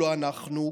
לא אנחנו,